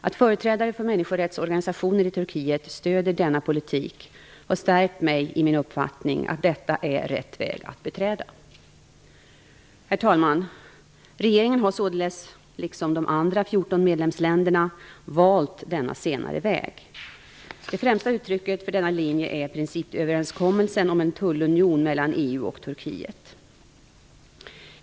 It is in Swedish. Att företrädare för människorättsorganisationer i Turkiet stöder denna politik har stärkt mig i min uppfattning att detta är rätt väg att beträda. Herr talman! Regeringen har således, liksom de andra 14 medlemsländerna, valt denna senare väg. Det främsta uttrycket för denna linje är principöverenskommelsen om en tullunion mellan EU och Turkiet.